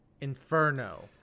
Inferno